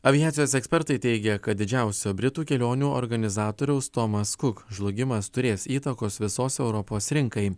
aviacijos ekspertai teigia kad didžiausio britų kelionių organizatoriaus tomas kuk žlugimas turės įtakos visos europos rinkai